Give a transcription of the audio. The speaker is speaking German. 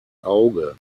auge